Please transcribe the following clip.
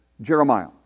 Jeremiah